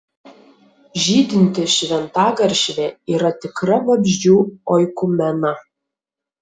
žydinti šventagaršvė yra tikra vabzdžių oikumena